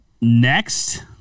next